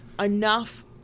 enough